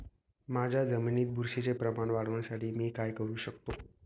माझ्या जमिनीत बुरशीचे प्रमाण वाढवण्यासाठी मी काय करू शकतो?